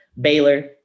Baylor